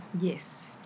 Yes